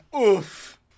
Oof